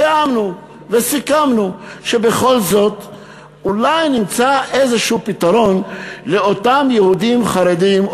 תיאמנו וסיכמנו שבכל זאת אולי נמצא איזשהו פתרון לאותם יהודים חרדים,